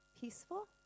peaceful